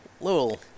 little